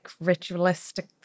ritualistic